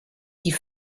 die